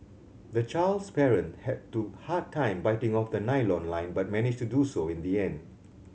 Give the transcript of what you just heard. the child's parent had do hard time biting off the nylon line but managed to do so in the end